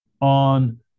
on